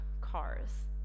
cars